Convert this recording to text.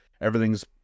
everything's